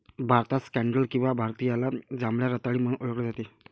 भारतात स्कँडल किंवा भारतीयाला जांभळ्या रताळी म्हणून ओळखले जाते